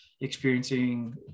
experiencing